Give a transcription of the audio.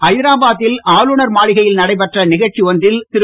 ஐதராபாத்தில் ஆளுநர் மாளிகையில் நடைபெற்ற நிகழ்ச்சி ஒன்றில் திரு